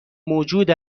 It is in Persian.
موجود